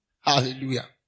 hallelujah